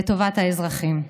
לטובת האזרחים.